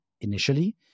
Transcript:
initially